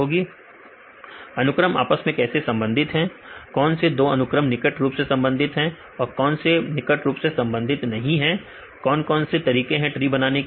विद्यार्थी बीच की दूरी अनुक्रम आपस में कैसे संबंधित हैं कौन से दो अनुक्रम निकट रूप से संबंधित हैं और कौन से निकट रूप से संबंधित नहीं है तो कौन कौन से तरीके हैं ट्री को बनाने के लिए